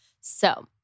So-